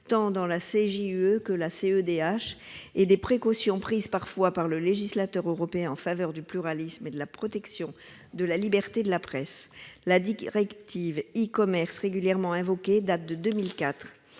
des droits de l'homme, et des précautions prises parfois par le législateur européen en faveur du pluralisme et de la protection de la liberté de la presse. La directive e-commerce régulièrement invoquée date de 2004.